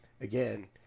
again